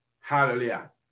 hallelujah